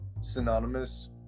synonymous